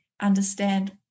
understand